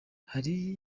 hari